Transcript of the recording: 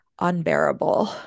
unbearable